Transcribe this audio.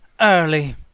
early